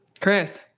Chris